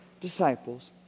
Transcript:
disciples